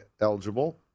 eligible